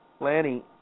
Lanny